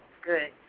Good